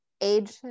age